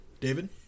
David